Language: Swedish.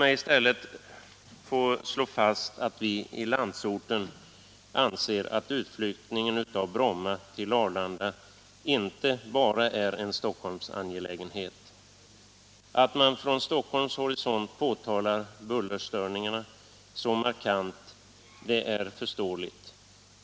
Jag vill slå fast att vi i landsorten anser att utflyttningen från Bromma till Arlanda inte bara är en Stockholmsangelägenhet. Att man från Stockholms horisont påtalar bullerstörningarna så markant är förståeligt.